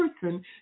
person